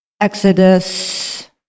Exodus